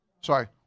Sorry